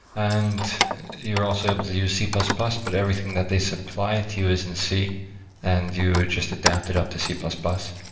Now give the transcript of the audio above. and you're also able to use c plus plus, but everything that they supply to you is in c and you just adapted up to c plus plus.